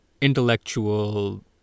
intellectual